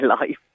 life